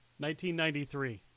1993